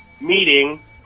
meeting